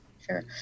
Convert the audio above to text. Sure